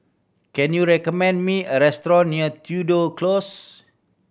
can you recommend me a restaurant near Tudor Close